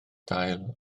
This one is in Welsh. dail